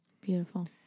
Beautiful